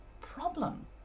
problem